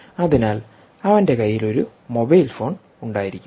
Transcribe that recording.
അതിനാൽ അവന്റെ കയ്യിൽ ഒരു മൊബൈൽ ഫോൺ ഉണ്ടായിരിക്കും